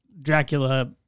Dracula